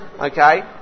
okay